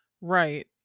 Right